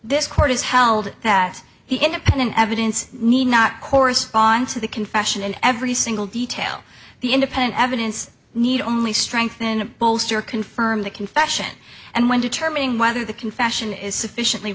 this court has held that he had a pen in evidence need not correspond to the confession and every single detail the independent evidence need only strengthen a bolster confirm the confession and when determining whether the confession is sufficiently